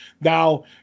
Now